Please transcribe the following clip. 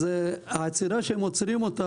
כל העצירה שעוצרים אותנו,